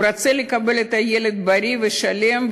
הוא רוצה לקבל את הילד בריא ושלם,